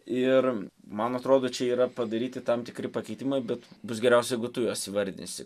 ir man atrodo čia yra padaryti tam tikri pakeitimai bet bus geriausia jeigu tu juos įvardinsi